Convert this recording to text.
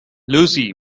lucy